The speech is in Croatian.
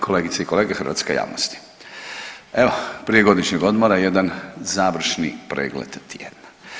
Kolegice i kolege, hrvatska javnosti, evo prije godišnjeg odmora jedan završni pregled tjedna.